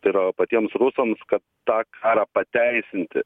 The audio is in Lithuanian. tai yra patiems rusams kad tą karą pateisinti